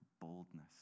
boldness